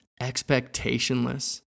expectationless